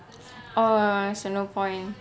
oh so no point